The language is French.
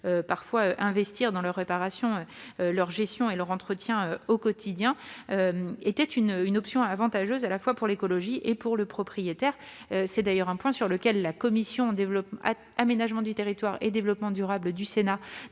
plus investir dans leur préparation, leur gestion et leur entretien au quotidien était une option avantageuse à la fois pour l'écologie et pour le propriétaire. C'est d'ailleurs un point sur lequel la commission de l'aménagement du territoire et du développement durable du Sénat,